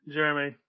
Jeremy